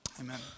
Amen